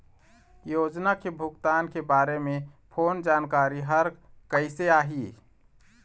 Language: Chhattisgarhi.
योजना के भुगतान के बारे मे फोन जानकारी हर कइसे आही?